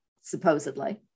supposedly